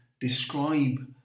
describe